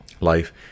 life